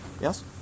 Yes